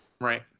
Right